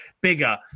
bigger